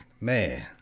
Man